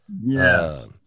Yes